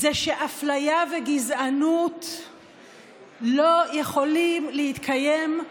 זה שאפליה וגזענות לא יכולים להתקיים,